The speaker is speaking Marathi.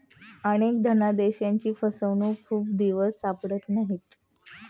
अनेक धनादेशांची फसवणूक खूप दिवस सापडत नाहीत